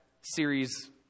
series